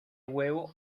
huevo